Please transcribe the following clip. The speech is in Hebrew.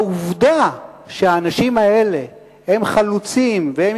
העובדה שהאנשים האלה הם חלוצים והם